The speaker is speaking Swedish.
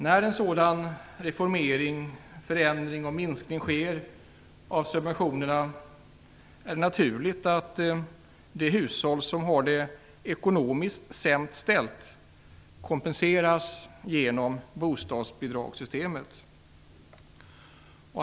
När en sådan förändring och minskning av subventionerna sker är det naturligt att de hushåll som har det ekonomiskt sämst ställt kompenseras genom bostadsbidragssystemet.